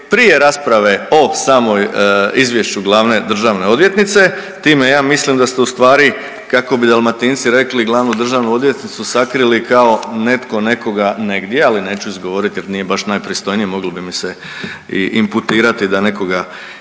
prije rasprave o samoj izvješću glavne državne odvjetnice time ja mislim da ste ustvari kako bi Dalmatinci rekli glavnu državnu odvjetnicu sakrili kao netko nekoga negdje, ali neću izgovoriti jer nije baš najpristojnije moglo bi mi se imputirati da nekoga i vrijeđam,